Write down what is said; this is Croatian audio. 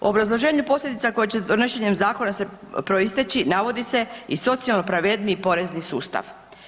U obrazloženju posljedica koje će donošenjem zakona se proisteći navodi se i socijalno pravedniji porezni sustav.